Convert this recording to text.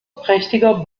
prächtiger